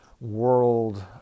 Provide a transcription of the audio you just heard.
world